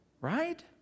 Right